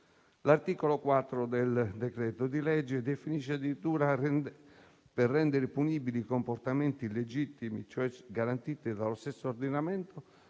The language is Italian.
L'articolo 4 del disegno di legge definisce addirittura, per renderli punibili, i comportamenti illegittimi, cioè garantiti dallo stesso ordinamento,